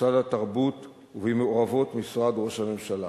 ומשרד התרבות ובמעורבות משרד ראש הממשלה.